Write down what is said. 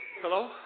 Hello